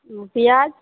ओ पिआज